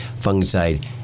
fungicide